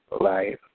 life